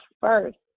first